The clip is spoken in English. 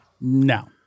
No